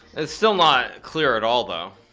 it's still not clear at all though